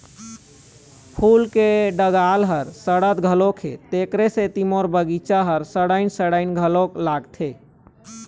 फूल के डंगाल ह सड़त घलोक हे, तेखरे सेती मोर बगिचा ह सड़इन सड़इन घलोक लागथे